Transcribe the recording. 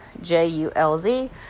j-u-l-z